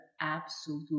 absolute